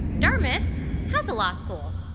dartmouth has a law school.